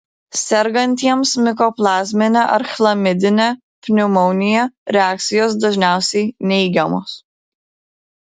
sergantiems mikoplazmine ar chlamidine pneumonija reakcijos dažniausiai neigiamos